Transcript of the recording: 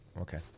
okay